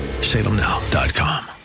Salemnow.com